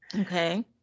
Okay